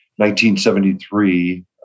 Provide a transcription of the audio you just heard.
1973